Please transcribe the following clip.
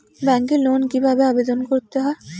ব্যাংকে লোন কিভাবে আবেদন করতে হয়?